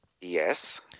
Yes